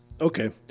okay